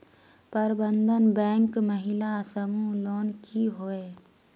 प्रबंधन बैंक महिला समूह लोन की होय?